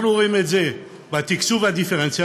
אנחנו רואים את זה בתקצוב הדיפרנציאלי